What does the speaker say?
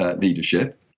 leadership